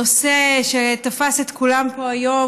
מהנושא שתפס את כולם פה היום,